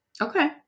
Okay